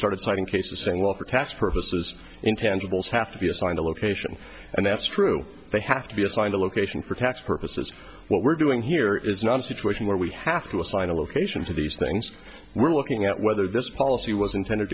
citing case of saying well for tax purposes intangibles have to be assigned a location and that's true they have to be assigned a location for tax purposes what we're doing here is not a situation where we have to assign a location to these things we're looking at whether this policy was intended